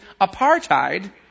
apartheid